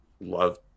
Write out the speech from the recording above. love